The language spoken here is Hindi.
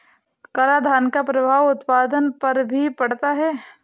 करादान का प्रभाव उत्पादन पर भी पड़ता है